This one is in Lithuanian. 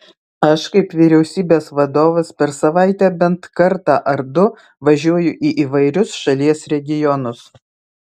aš kaip vyriausybės vadovas per savaitę bent kartą ar du važiuoju į įvairius šalies regionus